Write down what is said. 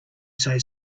say